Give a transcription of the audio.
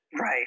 right